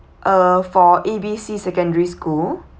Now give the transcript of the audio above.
uh for A_B_C secondary school